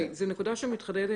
זו נקודה שמתחדדת